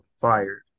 fired